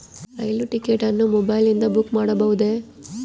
ರೈಲು ticket ಅನ್ನು ಮೊಬೈಲಿಂದ book ಮಾಡಬಹುದೆ?